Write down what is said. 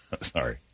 Sorry